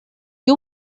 you